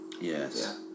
yes